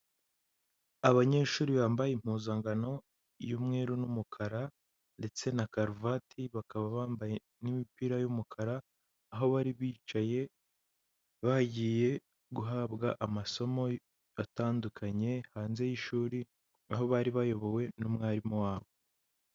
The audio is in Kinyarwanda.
Abanyeshuri bambaye impuzankano y'umweru n'umukara ndetse na karuvati bakaba bambaye n'imipira y'umukara, aho bari bicaye bagiye guhabwa amasomo atandukanye hanze y'ishuri aho bari bayobowe n'umwarimu wabo.